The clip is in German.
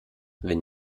wenn